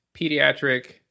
pediatric